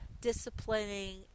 disciplining